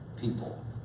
people